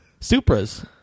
Supras